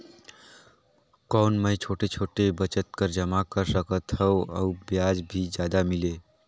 कौन मै छोटे छोटे बचत कर जमा कर सकथव अउ ब्याज भी जादा मिले?